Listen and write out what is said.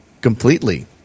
completely